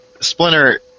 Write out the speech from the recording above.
Splinter